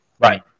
Right